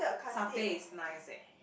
satay is nice eh